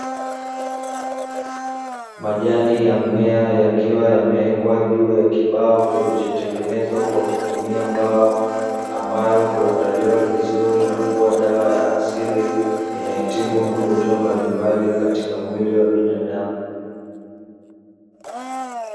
Majani ya mmea yakiwa yamewekwa juu ya kibao kilichotengenezwa kwa kutumia mbao, ambayo huandaliwa vizuri na kuwa dawa ya asili inayotibu magonjwa mbalimbali katika mwili wa binadamu.